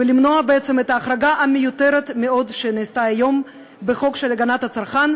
ולמנוע את ההחרגה המיותרת מאוד שנעשתה היום בחוק הגנת הצרכן,